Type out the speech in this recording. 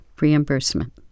reimbursement